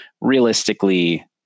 realistically